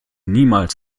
niemals